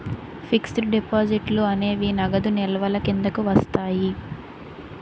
fixed డిపాజిట్లు అనేవి నగదు నిల్వల కింద వస్తాయి